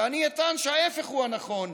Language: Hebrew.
ואני אטען שההפך הוא הנכון.